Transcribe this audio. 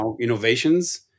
innovations